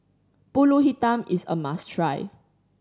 Pulut Hitam is a must try